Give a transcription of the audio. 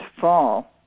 fall